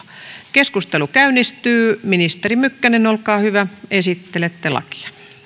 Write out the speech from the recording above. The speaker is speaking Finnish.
keskustelu käynnistyy ministeri mykkänen olkaa hyvä esittelette lakia